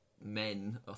men